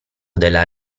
della